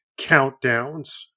countdowns